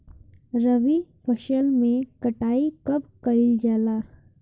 रबी फसल मे कटाई कब कइल जाला?